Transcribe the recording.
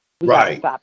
Right